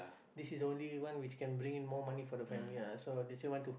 this is only one which can bring in more money for the family ah so they say want to